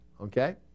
okay